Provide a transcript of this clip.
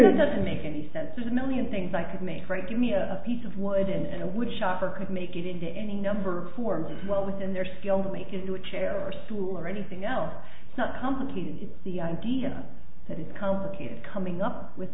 use doesn't make any sense there's a million things i could make right give me a piece of wood and wood shop or could make it into any number who are well within their skill to make it into a chair or school or anything else it's not companies the idea that it's complicated coming up with